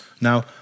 Now